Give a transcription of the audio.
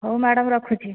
ହଉ ମ୍ୟାଡ଼ମ୍ ରଖୁଛି